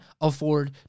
afford